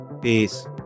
peace